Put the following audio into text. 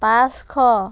পাঁচশ